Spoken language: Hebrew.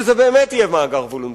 שזה באמת יהיה מאגר וולונטרי.